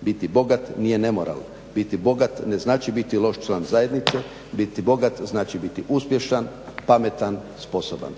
biti bogat nije nemoral, biti bogat ne znači biti loš član zajednice, biti bogat znači biti uspješan, pametan, sposoban.